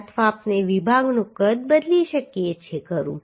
અથવા આપણે વિભાગનું કદ બદલી શકીએ છીએ ખરું